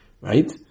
right